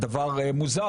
זה דבר מוזר,